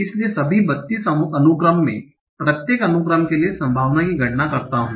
इसलिए सभी 32 अनुक्रम मैं प्रत्येक अनुक्रम के लिए संभावना की गणना करता हूं